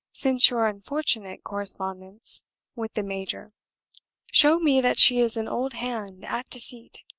since your unfortunate correspondence with the major show me that she is an old hand at deceit.